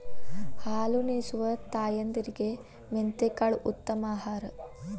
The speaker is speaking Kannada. ಹಾಲುನಿಸುವ ತಾಯಂದಿರಿಗೆ ಮೆಂತೆಕಾಳು ಉತ್ತಮ ಆಹಾರ